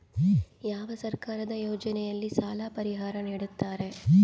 ಯಾವ ಸರ್ಕಾರದ ಯೋಜನೆಯಲ್ಲಿ ಸಾಲ ಪರಿಹಾರ ನೇಡುತ್ತಾರೆ?